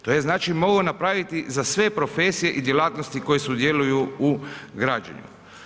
To je znači mogao napraviti za sve profesije i djelatnosti koje sudjeluju u građenju.